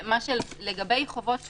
לגבי חובות שוטפים,